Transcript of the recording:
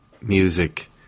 music